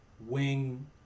wing